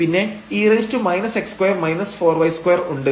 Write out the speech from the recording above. പിന്നെ e ഉണ്ട്